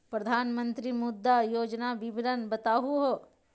प्रधानमंत्री मुद्रा योजना के विवरण बताहु हो?